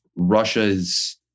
Russia's